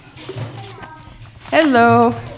Hello